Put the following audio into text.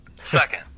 Second